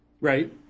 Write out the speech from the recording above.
Right